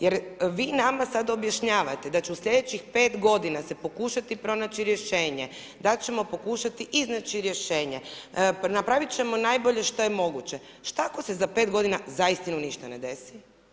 Jer vi nama sada objašnjavate da će sljedećih 5 g. se pokušati pronaći rješenje, da ćemo pokušati iznaći rješenje, napraviti ćemo najbolje što je moguće, šta ako se za 5 g. za istinu ništa ne desi.